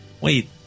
Wait